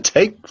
Take